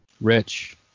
Rich